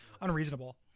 unreasonable